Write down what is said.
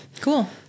Cool